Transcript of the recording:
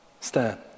stand